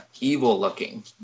evil-looking